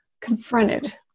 confronted